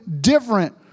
different